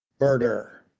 murder